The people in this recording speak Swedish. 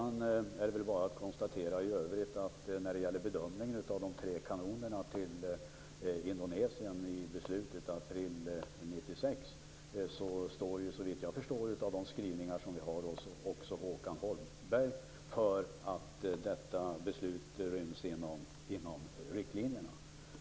När det gäller beslutet i april 1996 om de tre kanonerna till Indonesien står det såvitt jag förstår i våra skrivningar, som också Håkan Holmberg står för, att detta beslut ryms inom riktlinjerna.